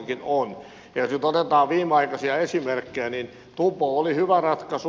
jos nyt otetaan viimeaikaisia esimerkkejä niin tupo oli hyvä ratkaisu